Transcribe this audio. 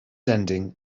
ending